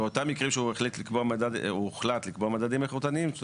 באותם מקרים שהוחלט לקבוע מדדים איכותניים,